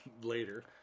later